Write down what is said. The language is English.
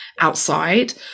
outside